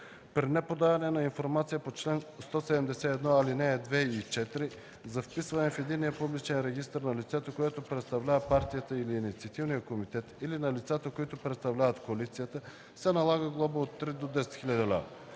При неподаване на информация по чл. 171, ал. 2 и 4 за вписване в единния публичен регистър на лицето, което представлява партията или инициативния комитет, или на лицата, които представляват коалицията, се налага глоба от 3000 до 10 000 лв.”